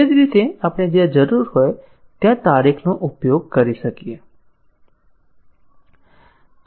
એ જ રીતે આપણે જ્યાં જરૂર હોય ત્યાં તારીખનો ઉપયોગ કરી શકીએ